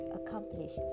accomplish